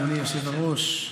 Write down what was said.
אדוני היושב-ראש,